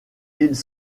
ils